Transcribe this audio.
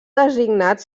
designat